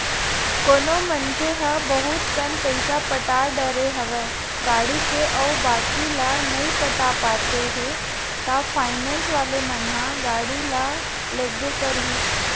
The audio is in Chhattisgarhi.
कोनो मनखे ह बहुत कन पइसा पटा डरे हवे गाड़ी के अउ बाकी ल नइ पटा पाते हे ता फायनेंस वाले मन ह गाड़ी ल लेगबे करही